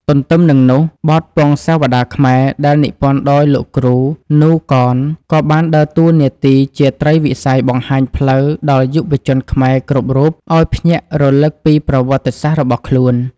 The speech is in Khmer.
ទន្ទឹមនឹងនោះ បទពង្សាវតារខ្មែរ ដែលនិពន្ធដោយលោកគ្រូ នូ កន ក៏បានដើរតួនាទីជាត្រីវិស័យបង្ហាញផ្លូវដល់យុវជនខ្មែរគ្រប់រូបឱ្យភ្ញាក់រលឹកពីប្រវត្តិសាស្ត្ររបស់ខ្លួន។